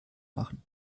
machen